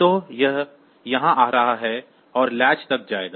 तो यह यहाँ आ रहा है और लैच तक जाएगा